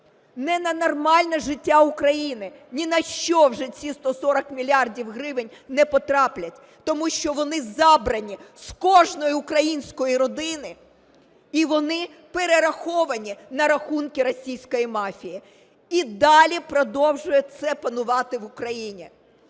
не на нормальне життя України, ні на що вже ці 140 мільярдів гривень не потраплять, тому що вони забрані з кожної української родини і вони перераховані на рахунки російської мафії. І далі продовжує це панувати в Україні.